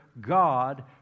God